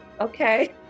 Okay